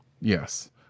Yes